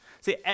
See